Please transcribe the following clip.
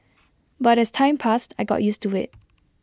but as time passed I got used to IT